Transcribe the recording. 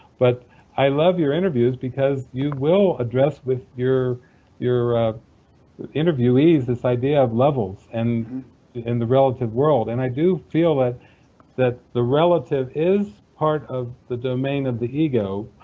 but i love your interviews because you will address with your your interviewees this idea of levels and and the relative world, and i do feel that that the relative is part of the domain of the ego,